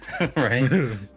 Right